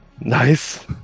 Nice